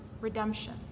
redemption